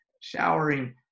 showering